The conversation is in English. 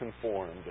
conformed